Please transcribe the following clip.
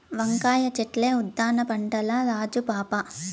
వంకాయ చెట్లే ఉద్దాన పంటల్ల రాజు పాపా